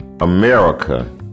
America